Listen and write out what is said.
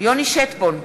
יוני שטבון,